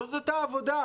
זאת אותה עבודה.